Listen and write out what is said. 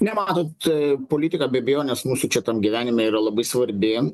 ne matot politika be abejonės mūsų čia tam gyvenime yra labai svarbi